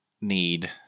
need